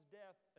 death